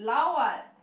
lao what